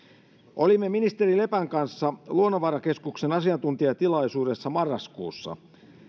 olimme ministeri lepän kanssa luonnonvarakeskuksen asiantuntijatilaisuudessa marraskuussa